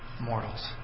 mortals